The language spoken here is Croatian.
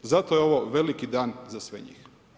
Zato je ovo veliki dan za sve njih.